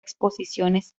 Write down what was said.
exposiciones